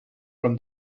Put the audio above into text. from